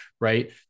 right